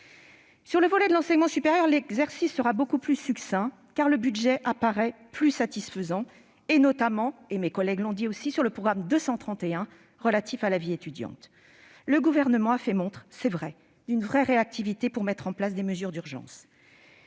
Concernant l'enseignement supérieur, l'exercice sera beaucoup plus succinct, car le budget apparaît plus satisfaisant, pour ce qui est notamment- mes collègues l'ont dit -du programme 231 relatif à la vie étudiante. Le Gouvernement a fait montre- c'est vrai -d'une réelle réactivité pour mettre en place des mesures d'urgence.